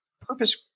purpose